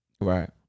Right